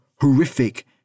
horrific